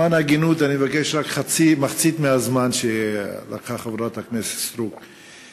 למען ההגינות אני מבקש רק מחצית מהזמן שלקחה חברת הכנסת סטרוק.